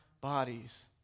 bodies